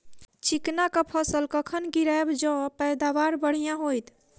चिकना कऽ फसल कखन गिरैब जँ पैदावार बढ़िया होइत?